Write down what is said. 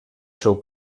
seu